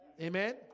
Amen